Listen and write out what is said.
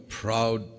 proud